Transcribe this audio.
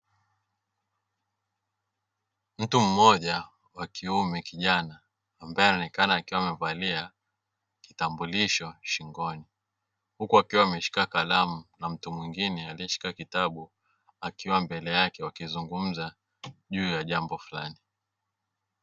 Mtu mmoja wa kiume kijana ambaye anaonekana akiwa amevalia kitambulisho shingoni huku akiwa ameshika kalamu na mtu mwingine aliyeshika kitabu akiwa mbele yake wakizungumza juu ya jambo fulani.